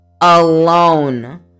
alone